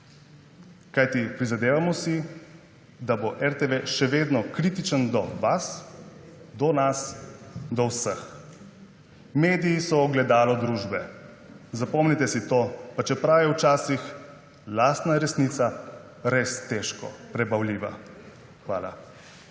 kajti prizadevamo si, da bo RTV še vedno kritičen do vas, do nas, do vseh. Mediji so ogledalo družbe. Zapomnite si to, pa čeprav je včasih lastna resnica res težko prebavljiva. Hvala.